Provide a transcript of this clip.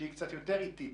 שהיא קצת יותר איטית.